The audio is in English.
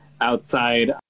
outside